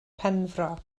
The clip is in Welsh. penfro